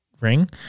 ring